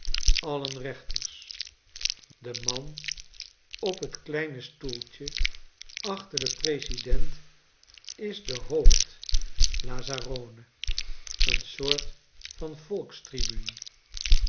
alien rechters de man op het kleine stoeltje achter den president is de hoofdlazzarone een soort van